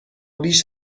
بیش